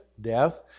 death